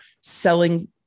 selling